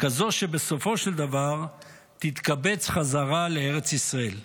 כזו שבסופו של דבר תתקבץ בחזרה לארץ ישראל.